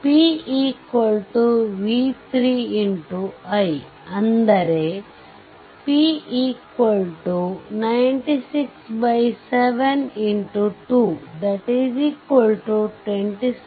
Pv3 x i ಅಂದರೆ P96 7x 227